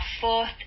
fourth